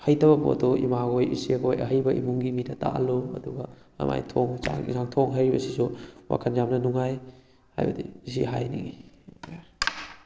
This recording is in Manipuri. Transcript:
ꯍꯩꯇꯕ ꯄꯣꯠꯇꯣ ꯏꯃꯥꯈꯣꯏ ꯏꯆꯦꯈꯣꯏ ꯑꯍꯩꯕ ꯏꯃꯨꯡꯒꯤ ꯃꯤꯗ ꯇꯥꯛꯍꯜꯂꯨ ꯑꯗꯨꯒ ꯀꯃꯥꯏꯅ ꯊꯣꯡꯏ ꯆꯥꯛ ꯌꯦꯟꯖꯥꯡ ꯊꯣꯡꯕ ꯍꯩꯔꯤꯕꯁꯤꯁꯨ ꯋꯥꯈꯜ ꯌꯥꯝꯅ ꯅꯨꯡꯉꯥꯏ ꯍꯥꯏꯕꯗꯤ ꯑꯁꯤ ꯍꯥꯏꯅꯤꯡꯉꯤ ꯌꯥꯔꯦ